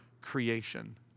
creation